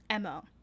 MO